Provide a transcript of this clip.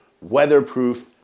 weatherproof